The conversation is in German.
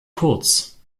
kurz